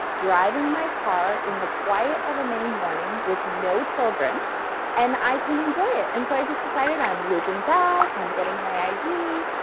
driving my car in the quiet of a main morning with no children and i can enjoy it. and so i just decided, i'm looping back, i'm getting my id,